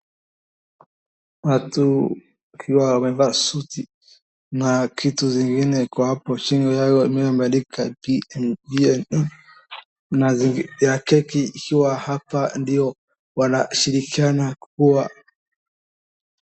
Watu wakiwa wamevaa suti na kitu ingine iko hapo chini yao ambayo imeandikwa PNU na keki ikiwa hapa ndio wanashirikiana kuwa...